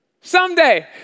Someday